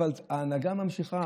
אבל ההנהגה ממשיכה.